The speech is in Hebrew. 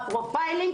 הפרופיילינג,